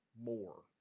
more